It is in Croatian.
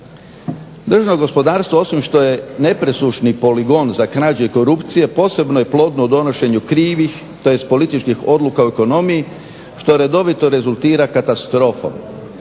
Državno gospodarstvo osim što je nepresušni poligon za krađe i korupcije posebno je plodno u donošenju krivih tj. političkih odluka u ekonomiji što redovito rezultira katastrofom.